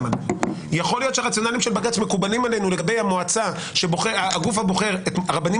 יכול להיות שהרציונלים של בג"ץ מקובלים עלינו לגבי הגוף הבוחר את הרבנים